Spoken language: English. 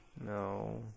No